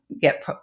get